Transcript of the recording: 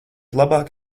labāk